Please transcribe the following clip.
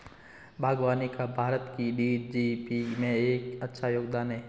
बागवानी का भारत की जी.डी.पी में एक अच्छा योगदान है